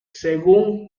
según